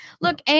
Look